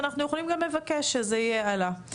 ואנחנו גם יכולים לבקש שזה יהיה הלאה.